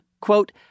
quote